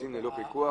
ביצים ללא פיקוח.